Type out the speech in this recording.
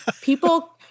people